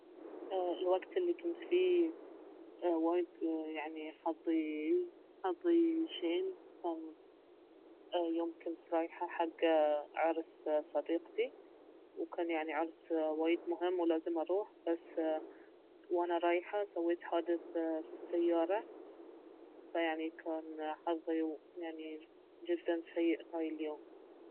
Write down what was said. الوقت الي كنت فيه وايد يعني حظي حظي شين كان يوم كنت رايحة حق عرس صديقتي وكان يعني عرس وايد مهم ولازم اروح بس وانا رايجة سويت حادث بالسيارة فكان يعني حظي جدا سيء في هاي اليوم